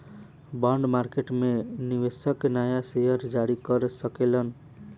bond market में निवेशक नाया शेयर जारी कर सकेलन